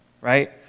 right